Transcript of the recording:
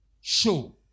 show